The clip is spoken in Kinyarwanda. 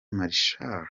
marshal